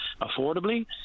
affordably